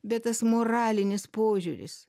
bet tas moralinis požiūris